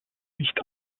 nicht